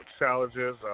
challenges